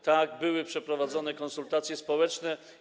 Tak, były przeprowadzone konsultacje społeczne.